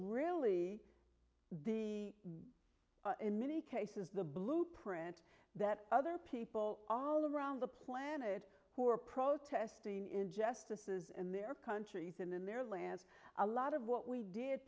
really the in many cases the blueprint that other people all around the planet who are protesting in jest this is in their countries and in their lands a lot of what we did